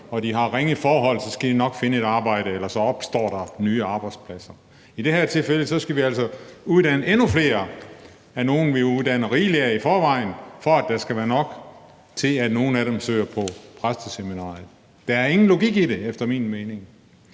og de har ringe forhold, så skal de nok finde et arbejde, eller også opstår der nye arbejdspladser. I det her tilfælde skal vi altså uddanne endnu flere af nogle, vi uddanner rigeligt af i forvejen, for at der skal være nok til, at nogle af dem søger ind på præsteseminaret. Der er efter min mening